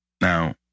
Now